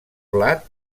blat